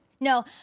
No